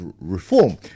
reform